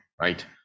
Right